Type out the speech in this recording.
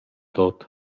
tuot